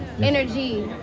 energy